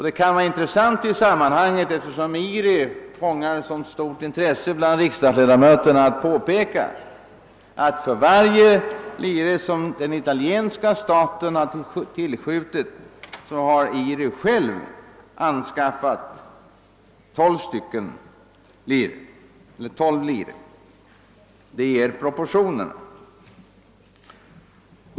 Eftersom IRI har tilldragit sig så stort intresse bland riksdagsledamöterna kan det vara av intresse att påpeka, att för varje lira som italienska staten har tillskjutit har IRI själv anskaffat 12 lire. Detta visar proportionen.